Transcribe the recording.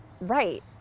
right